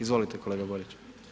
Izvolite kolega Borić.